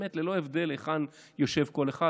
ללא הבדל היכן יושב כל אחד,